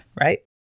right